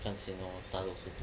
看先 lor (pop)